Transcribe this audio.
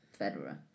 Federer